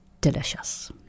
delicious